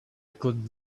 could